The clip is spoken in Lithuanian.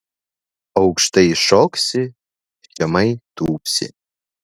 aukštai šoksi žemai tūpsi